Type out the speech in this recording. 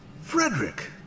frederick